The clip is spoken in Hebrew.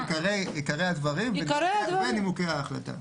עיקרי הדברים ונימוקי ההחלטה.